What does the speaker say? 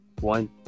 one